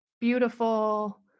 beautiful